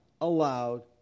allowed